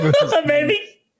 Baby